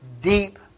deep